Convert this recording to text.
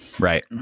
Right